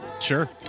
Sure